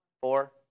Four